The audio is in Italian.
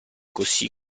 così